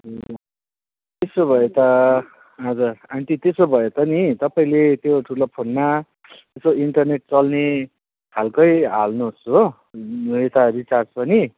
ए त्यसो भए त हजुर आन्टी त्यसो भए त नि तपाईँले त्यो ठुलो फोनमा यसो इन्टरनेट चल्ने खाल्कै हाल्नुहोस् हो यता रिचार्ज पनि